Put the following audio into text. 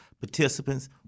participants